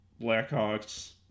Blackhawks